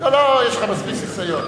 לא, לא, יש לך מספיק ניסיון.